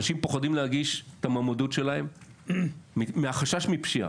אנשים פוחדים להגיש את המועמדות שלהם מהחשש מפשיעה.